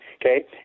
okay